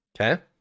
Okay